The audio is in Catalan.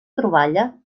troballa